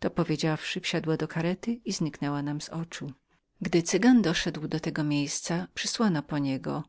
to powiedziawszy wsiadła do karety i zniknęła nam z oczu w tej chwili przysłano po cygana który